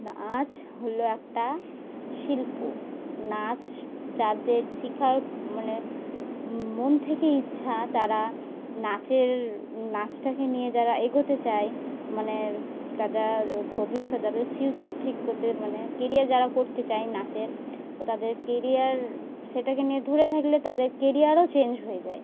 নাচ হলো একটা শিল্প নাচ যাদের শেখার মানে মন থেকেই ইচ্ছা তারা নাচের নাচটাকে নিয়ে যারা এগোতে চায় মানে তারা ভবিষ্যৎ তাদের ফিউচার ঠিক করতে মানে কেরিয়ার যারা করতে চায় নাচের তো তাদের কেরিয়ার সেটাকে নিয়ে ধরে থাকলে তাদের কেরিয়ারও চেঞ্জ হয়ে যায়